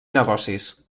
negocis